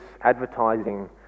advertising